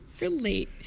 relate